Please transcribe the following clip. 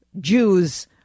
Jews